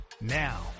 Now